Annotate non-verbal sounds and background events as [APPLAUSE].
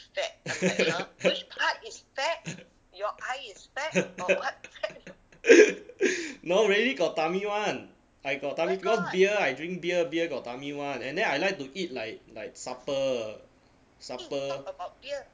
[LAUGHS] no really got tummy [one] I got tummy because beer I drink beer beer got tummy [one] and then I like to eat like like supper supper